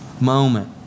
moment